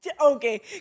Okay